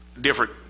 different